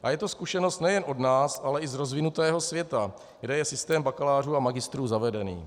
A je to zkušenost nejen od nás, ale i z rozvinutého světa, kde je systém bakalářů a magistrů zavedený.